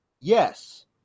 yes